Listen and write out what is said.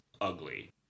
ugly